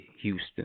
Houston